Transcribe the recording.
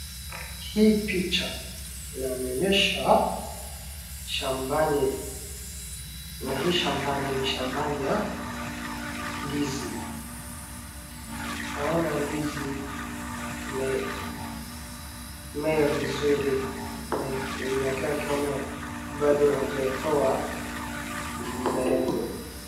Hii picha inanionyesha shambani na hii shambani ni shambani ya ndizi. Naona ndizi imemea vizuri na inakaa kama bado haijatoa maembe.